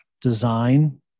Design